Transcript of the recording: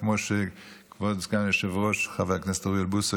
כמו שכבוד סגן היושב-ראש חבר הכנסת אוריאל בוסו,